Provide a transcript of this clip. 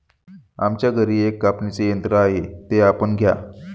आमच्या घरी एक कापणीचे यंत्र आहे ते आपण घ्या